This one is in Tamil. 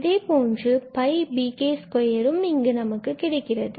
இதே போன்று bk2இங்கு நமக்கு கிடைக்கிறது